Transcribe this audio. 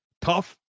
tough